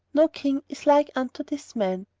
no king is like unto this man.